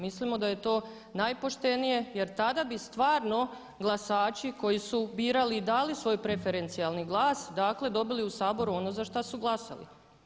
Mislimo da je to najpoštenije jer tada bi stvarno glasači koji su birali i dali svoj preferencijalni glas, dakle dobili u Saboru ono za šta su glasali.